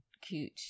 cute